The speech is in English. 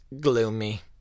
gloomy